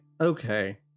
okay